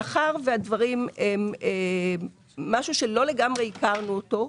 מאחר וזה משהו שלא לגמרי הכרנו אותו,